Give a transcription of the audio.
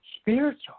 Spiritual